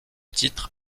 titre